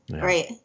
right